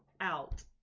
out